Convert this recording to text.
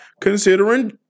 considering